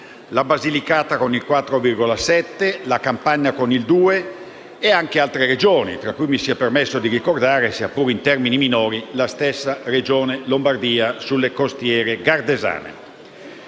la Basilicata con il 4,7 per cento e la Campania con il 2 per cento e anche altre Regioni, tra cui mi sia permesso di ricordare, sia pure in termini minori, la stessa Lombardia, sulle costiere gardesane.